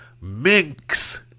minks